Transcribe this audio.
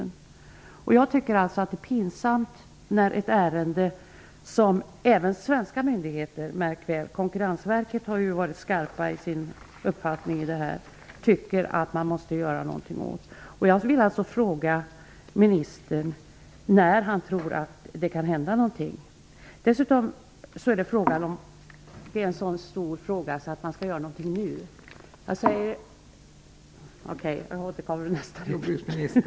Det är pinsamt, med tanke på att det är en fråga som även svenska myndigheter tycker att man måste göra någonting åt. Konsumentverket har ju varit mycket skarpt i sina uttalanden. Jag vill fråga ministern när han tror att det kan hända någonting. Detta är en sådan stor fråga att man måste göra någonting nu. Jag återkommer i nästa replik.